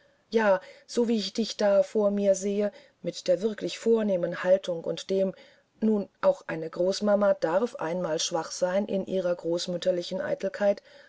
ja so wie ich dich da vor mir sehe mit der wirklich vornehmen haltung und dem nun auch eine großmama darf einmal schwach sein in ihrer großmütterlichen eitelkeit